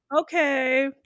Okay